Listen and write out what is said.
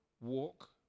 walk